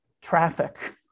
traffic